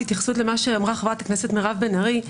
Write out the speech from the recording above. התייחסות למה שאמרה חברת הכנסת מירב בן ארי.